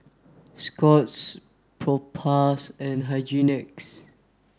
Scott's Propass and Hygin X